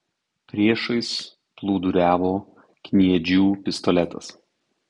priešais plūduriavo kniedžių pistoletas